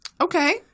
Okay